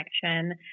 connection